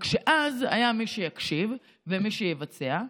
רק שאז היה מי שיקשיב ומי שיבצע,